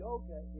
Yoga